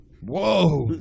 Whoa